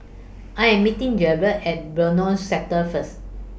I Am meeting Jabari At Benoi Sector First